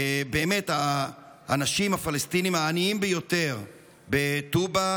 באמת, האנשים הפלסטינים העניים ביותר בטובא